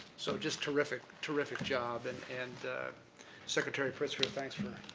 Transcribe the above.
so, just terrific, terrific job, and and secretary pritzker thank you.